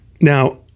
Now